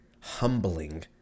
humbling